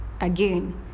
again